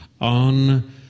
on